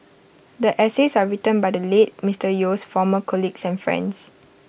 the essays are written by the late Mister Yeo's former colleagues and friends